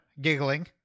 giggling